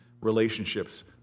relationships